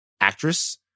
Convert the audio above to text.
actress